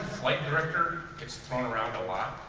flight director gets thrown around a lot,